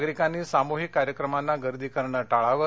नागरिकांनी सामुहिक कार्यक्रमांना गर्दी करणं टाळावं